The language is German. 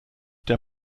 der